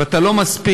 ואתה לא מספיק.